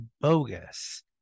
bogus